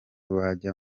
bajya